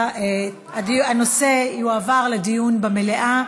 הנושא יועבר לדיון במליאה.